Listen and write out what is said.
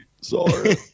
Sorry